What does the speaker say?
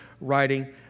writing